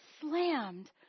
slammed